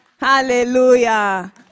Hallelujah